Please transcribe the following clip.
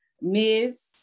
Miss